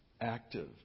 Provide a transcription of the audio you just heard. active